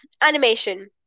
animation